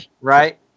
right